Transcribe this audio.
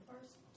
first